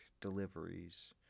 deliveries